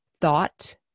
thought